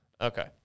Okay